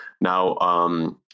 Now